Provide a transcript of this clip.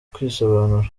kwisobanura